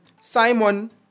Simon